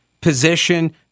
position